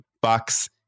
box